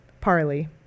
Parley